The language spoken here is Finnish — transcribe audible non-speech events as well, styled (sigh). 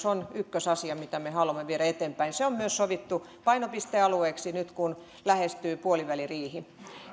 (unintelligible) on ykkösasia mitä me haluamme viedä eteenpäin se on myös sovittu painopistealueeksi nyt kun lähestyy puoliväliriihi